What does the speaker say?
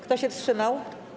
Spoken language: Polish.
Kto się wstrzymał?